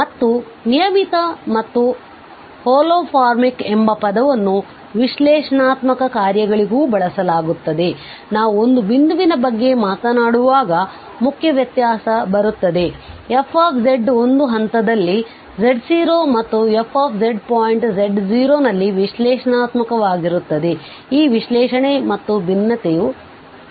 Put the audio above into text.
ಮತ್ತು ನಿಯಮಿತ ಮತ್ತು ಹೊಲೊಮಾರ್ಫಿಕ್ ಎಂಬ ಪದವನ್ನು ವಿಶ್ಲೇಷಣಾತ್ಮಕ ಕಾರ್ಯಗಳಿಗೂ ಬಳಸಲಾಗುತ್ತದೆ ನಾವು ಒಂದು ಬಿಂದುವಿನ ಬಗ್ಗೆ ಮಾತನಾಡುವಾಗ ಮುಖ್ಯ ವ್ಯತ್ಯಾಸ ಬರುತ್ತದೆ f ಒಂದು ಹಂತದಲ್ಲಿ z0 ಮತ್ತು f ಪಾಯಿಂಟ್ z0 ನಲ್ಲಿ ವಿಶ್ಲೇಷಣಾತ್ಮಕವಾಗಿರುತ್ತದೆ ಈ ವಿಶ್ಲೇಷಣೆ ಮತ್ತು ವಿಭಿನ್ನತೆಯು ಚಿತ್ರಕ್ಕೆ ಬರುತ್ತದೆ